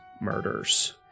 murders